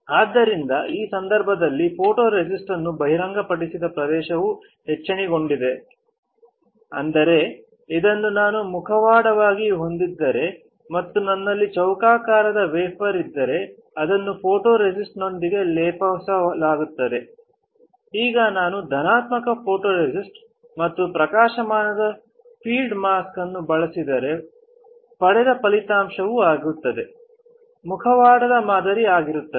ಆದ್ದರಿಂದ ಈ ಸಂದರ್ಭದಲ್ಲಿ ಫೋಟೊರೆಸಿಸ್ಟ್ ಅನ್ನು ಬಹಿರಂಗಪಡಿಸಿದ ಪ್ರದೇಶವು ಎಚ್ಚಣೆಗೊಂಡಿದೆ ಅಂದರೆ ಇದನ್ನು ನಾನು ಮುಖವಾಡವಾಗಿ ಹೊಂದಿದ್ದರೆ ಮತ್ತು ನನ್ನಲ್ಲಿ ಚಔಕಾಕಾರದ ವೇಫರ್ ಇದ್ದರೆ ಅದನ್ನು ಫೋಟೊರೆಸಿಸ್ಟ್ನೊಂದಿಗೆ ಲೇಪಿಸಲಾಗುತ್ತದೆ ಈಗ ನಾನು ಧನಾತ್ಮಕ ಫೋಟೊರೆಸಿಸ್ಟ್ ಮತ್ತು ಪ್ರಕಾಶಮಾನವಾದ ಫೀಲ್ಡ್ ಮಾಸ್ಕ್ ಅನ್ನು ಬಳಸಿದರೆ ಪಡೆದ ಫಲಿತಾಂಶವು ಆಗುತ್ತದೆ ಮುಖವಾಡದ ಮಾದರಿ ಆಗಿರುತ್ತದೆ